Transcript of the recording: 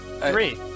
Three